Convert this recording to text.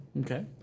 Okay